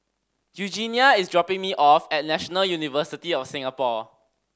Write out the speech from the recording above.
Eugenia is dropping me off at National University of Singapore